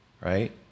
Right